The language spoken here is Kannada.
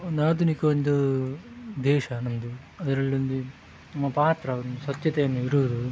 ಒಂದು ಆಧುನಿಕ ಒಂದು ದೇಶ ನಮ್ಮದು ಅದರಲ್ಲೊಂದು ನಮ್ಮ ಪಾತ್ರ ಒಂದು ಸ್ವಚ್ಛತೆಯನ್ನು ಇಡುವುದು